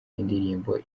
indirimbo